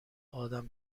آدم